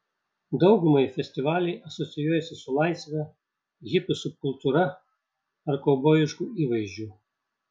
daugumai festivaliai asocijuojasi su laisve hipių subkultūra ar kaubojišku įvaizdžiu